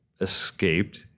escaped